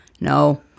No